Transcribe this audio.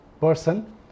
person